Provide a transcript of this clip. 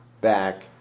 back